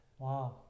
Wow